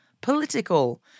political